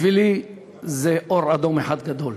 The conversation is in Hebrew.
בשבילי זה אור אדום אחד גדול.